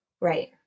Right